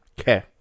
Okay